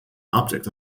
object